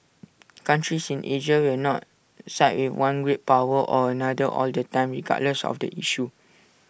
countries in Asia will not side with one great power or another all the time regardless of the issue